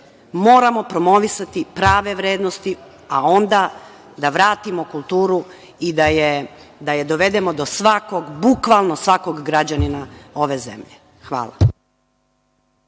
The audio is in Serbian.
Moramo promovisati prave vrednosti, a onda da vratimo kulturu i da je dovedemo do svakog, bukvalnog svakog građanina ove zemlje. Hvala.